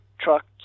trucks